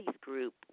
group